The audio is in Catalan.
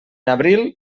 abril